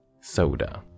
soda